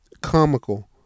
comical